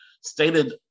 stated